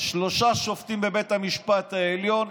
שלושה שופטים בבית המשפט העליון,